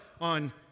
on